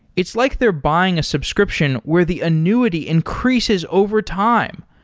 it's like they're buying a subscription where the annuity increases over time.